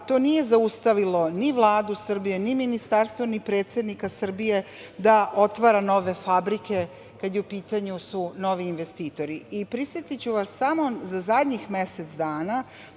to nije zaustavilo ni Vladu Srbije, ni ministarstvo, ni predsednika Srbije da otvara nove fabrike kada su u pitanju novi investitori. Prisetiću vas samo, za zadnjih mesec dana,